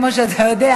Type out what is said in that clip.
כמו שאתה יודע,